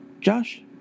Josh